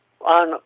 on